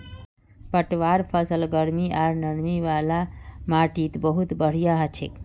पटवार फसल गर्मी आर नमी वाला माटीत बहुत बढ़िया हछेक